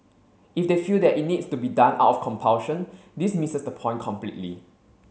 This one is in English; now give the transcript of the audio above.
if they feel that it needs to be done out of compulsion this misses the point completely